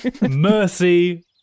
Mercy